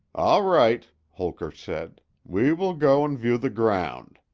all right, holker said we will go and view the ground,